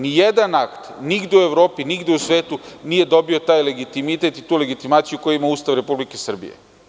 Nijedan akt nigde u Evropi, nigde u svetu nije dobio taj legitimitet, tu legitimaciju koju ima Ustav Republike Srbije.